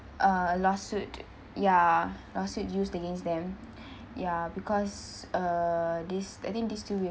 uh lawsuit ya lawsuit used against them ya because uh this I think this few